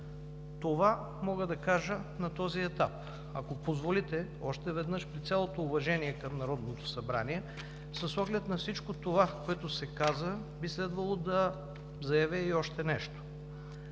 Това мога да кажа на този етап. Ако позволите, при цялото уважение към Народното събрание с оглед на всичко това, което се каза, би следвало да заявя и още нещо.